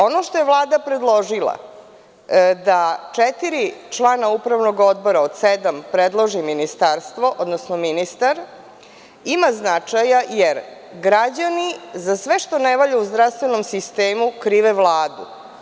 Ono što je Vlada predložila da četiri člana upravnog odbora od sedam predloženi Ministarstvo, odnosno ministar, ima značaja jer građani za sve što ne valja u zdravstvenom sistemu krive Vladu.